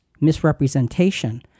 misrepresentation